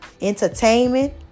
Entertainment